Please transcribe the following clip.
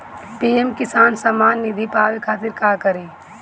PM Kisan Samman Nidhi पावे खातिर का करी?